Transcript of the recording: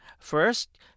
First